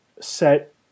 set